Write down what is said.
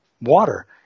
water